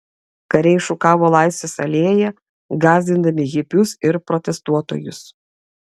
kariai šukavo laisvės alėją gąsdindami hipius ir protestuotojus